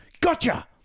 gotcha